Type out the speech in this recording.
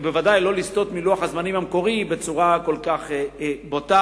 ובוודאי לא לסטות מלוח הזמנים המקורי בצורה כל כך בוטה.